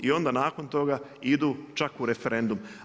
I onda nakon toga idu čak u referendum.